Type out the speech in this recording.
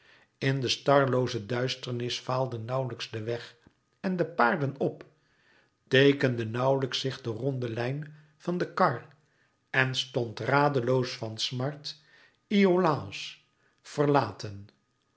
in de starlooze duisternis vaalden nauwlijks de weg en de paarden op teekende nauwlijks zich de ronde lijn van de kar en stond radeloos van smart iolàos verlaten